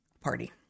party